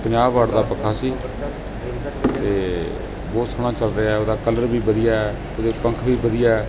ਪੰਜਾਹ ਵਾਟ ਦਾ ਪੱਖਾ ਸੀ ਅਤੇ ਬਹੁਤ ਸੋਹਣਾ ਚੱਲ ਰਿਹਾ ਉਹਦਾ ਕਲਰ ਵੀ ਵਧੀਆ ਉਹਦੇ ਪੰਖ ਵੀ ਵਧੀਆ